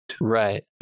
Right